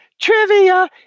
trivia